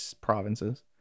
provinces